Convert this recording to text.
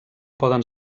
poden